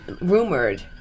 rumored